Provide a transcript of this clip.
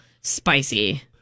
spicy